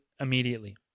immediately